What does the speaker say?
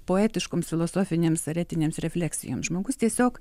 poetiškoms filosofinėms ar etinėms refleksijoms žmogus tiesiog